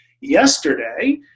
yesterday